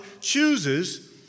chooses